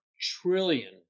trillion